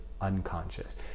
unconscious